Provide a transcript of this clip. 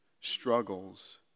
struggles